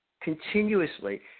continuously